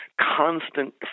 constant